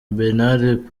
bernard